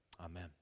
Amen